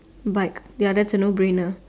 but ya that's a no brainer